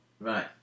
Right